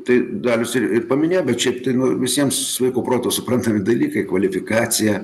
tai darius ir ir paminėjo bet šiaip tai nu visiems sveiku protu suprantami dalykai kvalifikacija